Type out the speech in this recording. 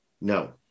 no